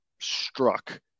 struck